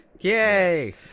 Yay